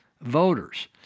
voters